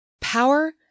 Power